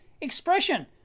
expression